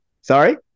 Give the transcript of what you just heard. Sorry